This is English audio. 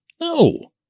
No